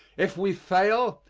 if we fail,